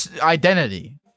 identity